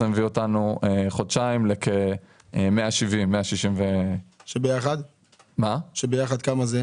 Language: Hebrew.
חודשים מביאים אותנו לכ-170-160 --- שביחד כמה זה?